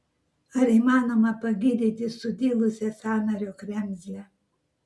ar įmanoma pagydyti sudilusią sąnario kremzlę